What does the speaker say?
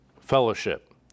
fellowship